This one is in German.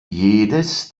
jedes